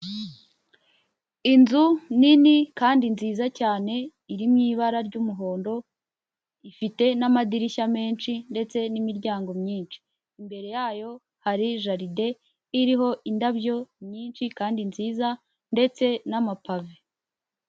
Inzu nini kandi nziza cyane iri mu ibara ry'umuhondo, ifite n'amadirishya menshi ndetse n'imiryango myinshi, imbere yayo hari jaride iriho indabyo nyinshi kandi nziza ndetse n'amapave.